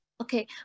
Okay